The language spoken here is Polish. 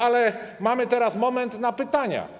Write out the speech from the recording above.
Ale mamy teraz moment na pytania.